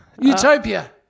Utopia